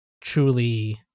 truly